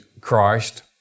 Christ